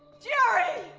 jerry!